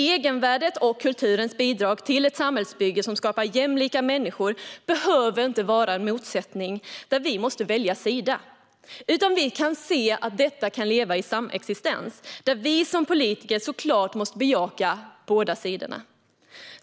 Egenvärdet och kulturens bidrag till ett samhällsbygge som skapar jämlika människor behöver inte vara en motsättning där vi måste välja sida, utan det kan verka i samexistens men där vi som politiker såklart måste bejaka båda sidorna.